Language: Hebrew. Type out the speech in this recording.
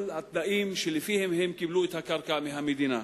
התנאים שלפיהם הם קיבלו את הקרקע מהמדינה,